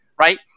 right